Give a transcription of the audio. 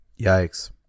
yikes